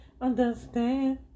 Understand